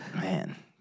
Man